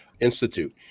institute